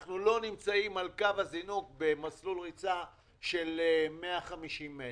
אנחנו לא נמצאים על קו הזינוק במסלול ריצה של 150 מטרים.